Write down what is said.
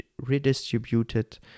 redistributed